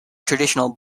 traditional